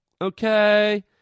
Okay